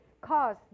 cause